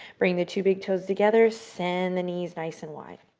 bring the two big toes together. send the knees nice and wide.